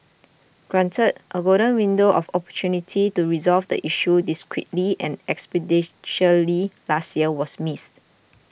granted a golden window of opportunity to resolve the issue discreetly and expeditiously last year was missed